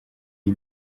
ibi